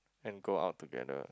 and go out together